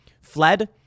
fled